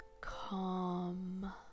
calm